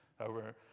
Over